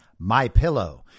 MyPillow